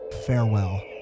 Farewell